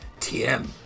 TM